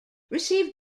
received